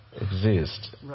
exist